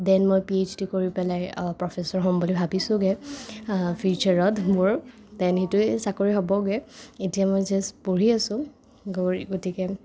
then মই P H D কৰি পেলাই মই প্ৰফেছৰ হ'ম বুলি ভাবিছোগে ফিউচাৰত মোৰ দেন সেইটোৱে চাকৰি হ'বগে এতিয়া মই জাষ্ট পঢ়ি আছোঁ গতিকে